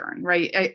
right